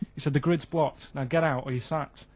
he said the grid's blocked. now get out, or you're sacked.